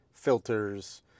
filters